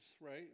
right